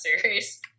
series